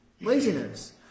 Laziness